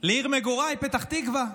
לעיר מגוריי, פתח תקווה,